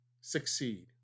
succeed